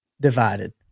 divided